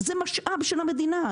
זה משאב של המדינה,